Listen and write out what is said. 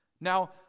Now